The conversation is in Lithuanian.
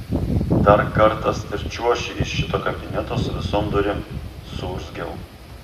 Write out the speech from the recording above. dar kartas ir čiuoši iš šito kabineto su visom durim suurzgiau